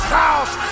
house